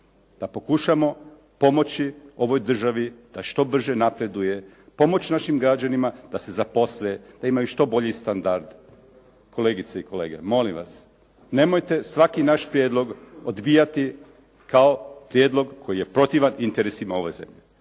pokušamo pomoći ovoj državi da što brže napreduje, pomoći našim građanima da se zaposle, da imaju što bolji standard. Kolegice i kolege, molim vas, nemojte svaki naš prijedlog odbijati kao prijedlog koji je protivan interesima ove zemlje.